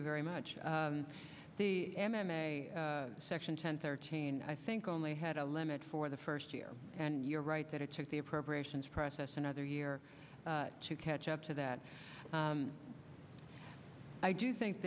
you very much the section ten thirteen i think only had a limit for the first year and you're right that it took the appropriations process another year to catch up to that i do think